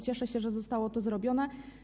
Cieszę się, że zostało to zrobione.